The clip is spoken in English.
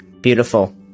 Beautiful